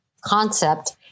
concept